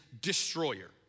destroyer